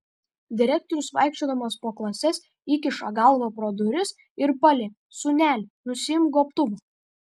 direktorius vaikščiodamas po klases įkiša galvą pro duris ir paliepia sūneli nusiimk gobtuvą